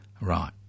Right